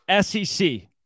SEC